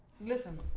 Listen